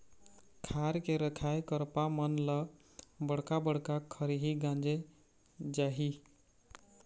खार के रखाए करपा मन ल बड़का बड़का खरही गांजे जाही